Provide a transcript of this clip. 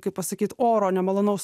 kaip pasakyt oro nemalonaus